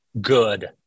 good